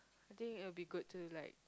I think it'll be good to like